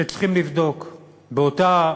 שצריכים לבדוק באותה